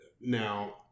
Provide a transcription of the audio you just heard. now